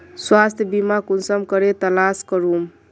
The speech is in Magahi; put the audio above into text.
स्वास्थ्य बीमा कुंसम करे तलाश करूम?